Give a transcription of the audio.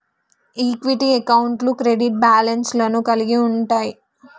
equity అకౌంట్లు credit balance లను కలిగి ఉంటయ్